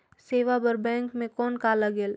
सेवा बर बैंक मे कौन का लगेल?